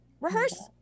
Rehearse